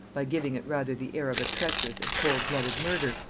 by giving it rather the air of a treacherous and cold-blooded murder,